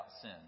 sin